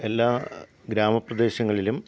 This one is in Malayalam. എല്ലാ ഗ്രാമപ്രദേശങ്ങളിലും